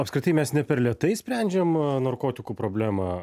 apskritai mes ne per lėtai sprendžiam narkotikų problemą